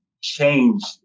changed